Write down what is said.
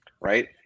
right